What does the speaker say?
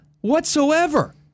whatsoever